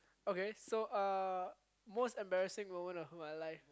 okay so uh most embarrassing moment of my life